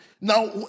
Now